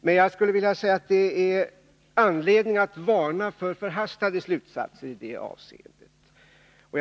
Men jag skulle vilja säga att det är anledning att varna för förhastade slutsatser i det avseendet.